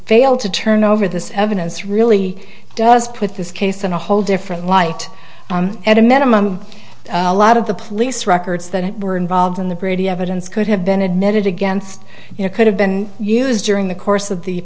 failed to turn over this evidence really does put this case in a whole different light at a minimum a lot of the police records that were involved in the brady evidence could have been admitted against you know could have been used during the course of the